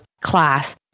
class